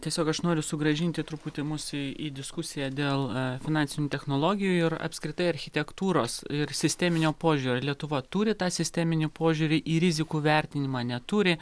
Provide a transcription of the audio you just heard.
tiesiog aš noriu sugrąžinti truputį mus į į diskusiją dėl finansinių technologijų ir apskritai architektūros ir sisteminio požiūrio ar lietuva turi tą sisteminį požiūrį į rizikų vertinimą neturi